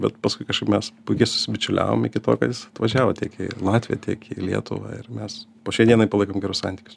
bet paskui kažkaip mes puikiai susibičiuliavom iki to kad jis važiavo tiek į latviją tiek į lietuvą ir mes po šiai dienai palaikom gerus santykius